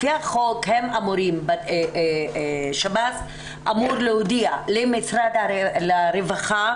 לפי החוק שב"ס אמור להודיע למשרד הרווחה